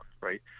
right